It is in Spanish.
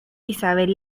isabel